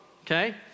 okay